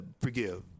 forgive